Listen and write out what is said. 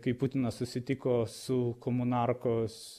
kai putinas susitiko su komunarkos